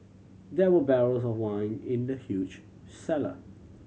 there were barrels of wine in the huge cellar